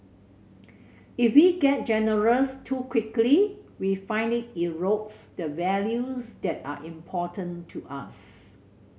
if we get generous too quickly we find it erodes the values that are important to us